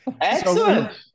excellent